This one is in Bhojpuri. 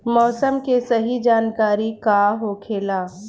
मौसम के सही जानकारी का होखेला?